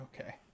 Okay